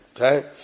okay